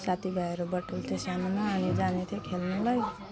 साथीभाइहरू बटुल्थेँ सानोमा अनि जान्थेँ खेल्नुलाई